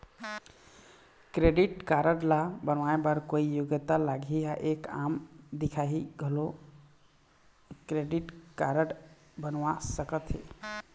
Credit card ला बनवाए बर कोई योग्यता लगही या एक आम दिखाही घलो क्रेडिट कारड बनवा सका थे?